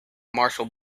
marshall